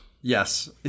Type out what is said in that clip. Yes